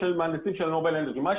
כתוצאה